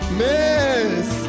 miss